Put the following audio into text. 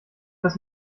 dass